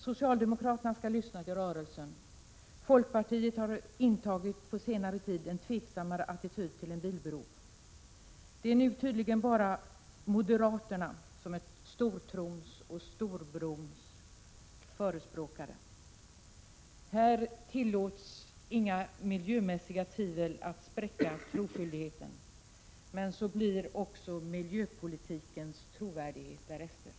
Socialdemokraterna skall lyssna till rörelsen. Folkpartiet har på senare tid intagit en tveksammare attityd till en bilbro. Det är nu tydligen bara moderaterna som är ”stortrons och storbrons” förespråkare. Här tillåts inga miljömässiga tvivel spräcka troskyldigheten. Men så blir också miljöpolitikens trovärdighet därefter!